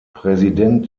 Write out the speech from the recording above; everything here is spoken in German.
präsident